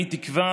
אני תקווה